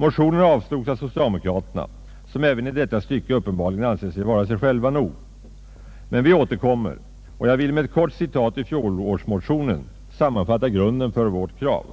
Motionen avslogs av socialdemokraterna, som även i detta stycke uppenbarligen anser sig vara sig själva nog. Men vi återkommer, och jag vill med ett kort citat ur fjolårsmotionen sammanfatta grunden för vårt krav: